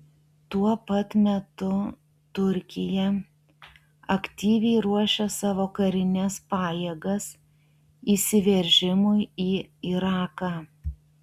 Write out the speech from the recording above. tuo pat metu turkija aktyviai ruošia savo karines pajėgas įsiveržimui į iraką